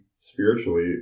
spiritually